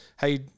hey